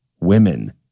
women